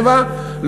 שבע,